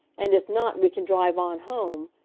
and if not, we can drive on home,